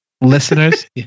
Listeners